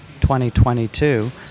2022